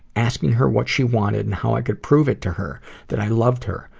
asking her what she wanted, and how i could prove it to her that i loved her.